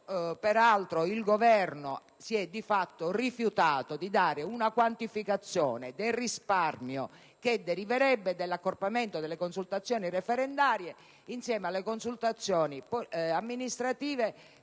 bilancio il Governo si è di fatto rifiutato di fornire una quantificazione del risparmio che deriverebbe dall'accorpamento della consultazione referendaria con le consultazioni amministrative e le elezioni